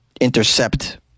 intercept